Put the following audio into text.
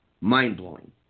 mind-blowing